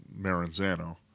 Maranzano